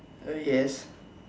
yes